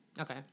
Okay